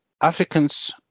Africans